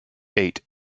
eight